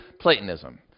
Platonism